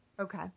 Okay